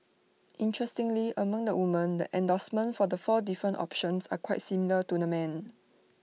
interestingly among the women the endorsement for the four different options are quite similar to the men